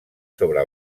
sobre